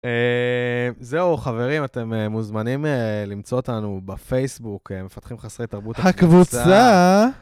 זהו חברים, אתם מוזמנים למצוא אותנו בפייסבוק מפתחים חסרי תרבות הקבוצה.